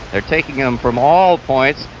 they're taking them from all points,